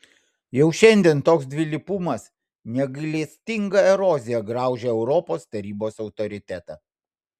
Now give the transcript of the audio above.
jau šiandien toks dvilypumas negailestinga erozija graužia europos tarybos autoritetą